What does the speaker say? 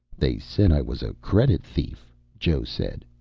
they said i was a credit thief, joe said.